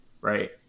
right